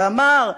ואמר: